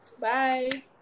Bye